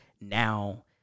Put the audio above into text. now